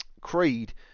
Creed